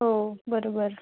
हो बरोबर